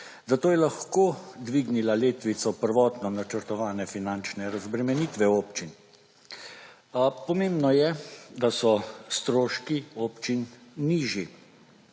Zato je lahko dvignila letvico prvotno načrtovane finančne razbremenitve občin. Pomembno je, da so stroški občin nižji